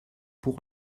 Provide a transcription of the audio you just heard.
pour